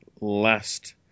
last